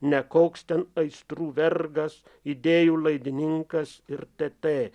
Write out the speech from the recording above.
ne koks ten aistrų vergas idėjų laidininkas ir t t